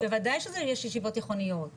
בוודאי שיש ישיבות תיכוניות חרדיות,